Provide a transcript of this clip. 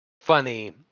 funny